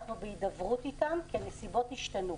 אנחנו בהידברות איתם כי הנסיבות השתנו.